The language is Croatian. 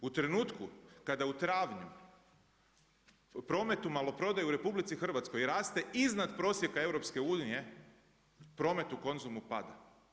U trenutku kada u travnju u prometu maloprodaje u RH raste iznad prosjeka EU promet u Konzumu pada.